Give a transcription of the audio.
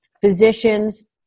physicians